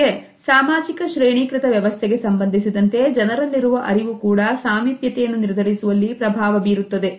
ಜೊತೆಗೆ ಸಾಮಾಜಿಕ ಶ್ರೇಣೀಕೃತ ವ್ಯವಸ್ಥೆಗೆ ಸಂಬಂಧಿಸಿದಂತೆ ಜನರಲ್ಲಿರುವ ಅರಿವು ಕೂಡ ಸಾಮೀಪ್ಯತೆ ಯನ್ನು ನಿರ್ಧರಿಸುವಲ್ಲಿ ಪ್ರಭಾವವಿರುತ್ತದೆ